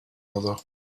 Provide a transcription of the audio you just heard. another